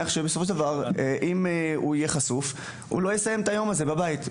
שאם הוא יהיה חשוף הוא לא יסיים את היום הזה בבית.